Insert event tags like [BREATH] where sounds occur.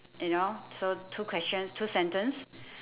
you know so two questions two sentence [BREATH]